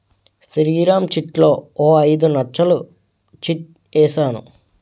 శ్రీరామ్ చిట్లో ఓ ఐదు నచ్చలు చిట్ ఏసాను